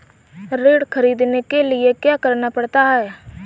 ऋण ख़रीदने के लिए क्या करना पड़ता है?